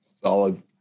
Solid